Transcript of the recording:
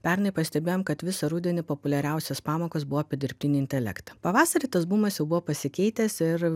pernai pastebėjom kad visą rudenį populiariausios pamokos buvo apie dirbtinį intelektą pavasarį tas bumas jau buvo pasikeitęs ir